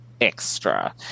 extra